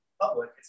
public